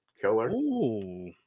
killer